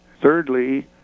Thirdly